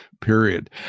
period